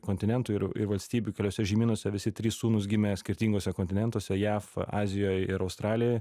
kontinentų ir ir valstybių keliuose šeimynose visi trys sūnūs gimę skirtinguose kontinentuose jav azijoj ir australijoj